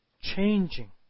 Changing